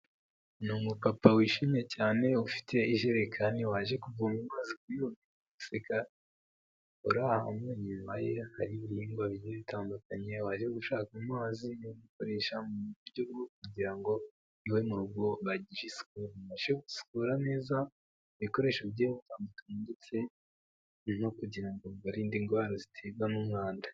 Ni umupapa wishimye cyane, ufite ijerekani waje kuvoma amazi kuti robine, inyuma ye hari ibihingwa bi bitandukanye wajya gushaka amazi no gukoresha mu buryo kugira ngo iwe mu rugo ba gukura neza ibikoresho by'pfa amatu ndetse no kugira ngo baririnde indwara ziterwa n'umwanda.